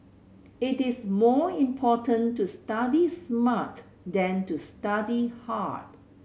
it is more important to study smart than to study hard